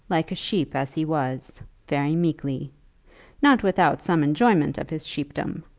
like a sheep as he was, very meekly not without some enjoyment of his sheepdom,